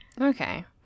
Okay